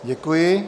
Děkuji.